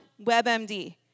WebMD